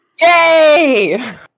Yay